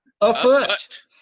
afoot